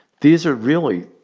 these are really,